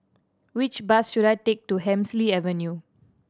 which bus should I take to Hemsley Avenue